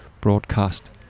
broadcast